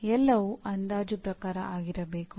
ಎಲ್ಲವೂ ಅಂದಾಜು ಪ್ರಕಾರ ಆಗಿರಬೇಕು